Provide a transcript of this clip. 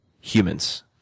humans